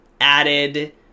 added